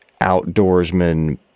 outdoorsman